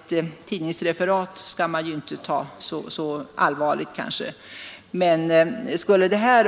menar härmed att man inte skall ta så allvarligt på ett tidningsreferat.